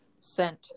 sent